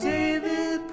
David